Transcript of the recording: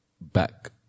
Back